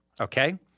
Okay